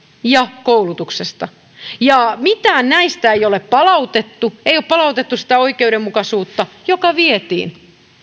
ja koulutuksesta mitään näistä ei ole palautettu ei ole palautettu sitä oikeudenmukaisuutta joka vietiin